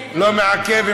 לא מעכב.